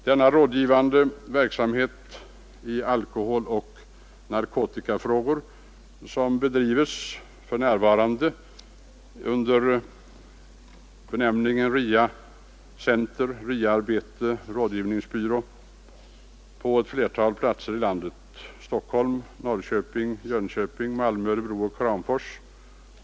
Den rådgivande verksamheten i alkoholoch narkotikafrågor som bedrivs i s.k. RIA-centra eller rådgivningsbyråer, finns nu på ett flertal platser i landet, bl.a. i Stockholm, Norrköping, Jönköping, Malmö, Örebro och Kramfors.